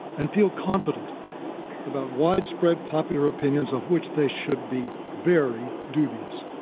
and feel confident about widespread popular opinions of which they should be very dubious.